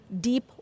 deep